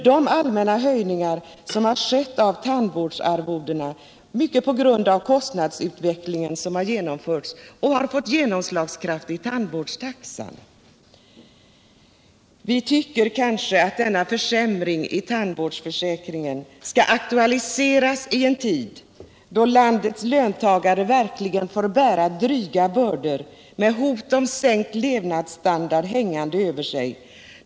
De allmänna höjningar av tandvårdsarvodena som skett, mycket på grund av kostnadsutvecklingen, har slagit igenom i tandvårdstaxan. Denna försämring av tandvårdsförsäkringen aktualiseras i en tid då landets löntagare verkligen får bära dryga bördor med hot om sänkt levnadsstandard hängande över sig.